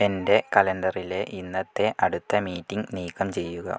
എന്റെ കലണ്ടറിലെ ഇന്നത്തെ അടുത്ത മീറ്റിംഗ് നീക്കം ചെയ്യുക